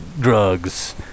drugs